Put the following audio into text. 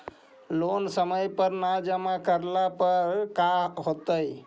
Loan समय पर न जमा करला पर का होतइ?